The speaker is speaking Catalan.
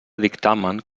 dictamen